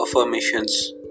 affirmations